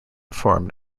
formed